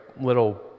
little